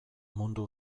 mundu